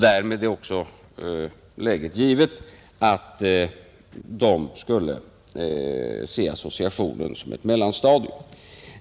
Därmed är också givet, att man skulle se associationen som ett mellanstadium.